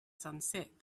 sunset